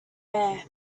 bare